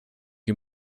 you